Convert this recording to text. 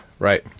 Right